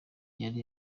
yari